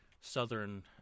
southern